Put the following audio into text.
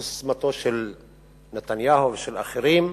זו הססמה של נתניהו ושל אחרים,